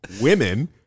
Women